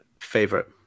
Favorite